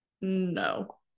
No